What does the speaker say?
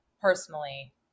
personally